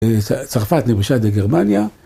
צרפת נכבשה ע"י גרמניה.